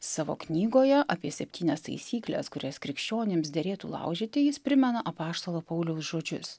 savo knygoje apie septynias taisykles kurias krikščionims derėtų laužyti jis primena apaštalo pauliaus žodžius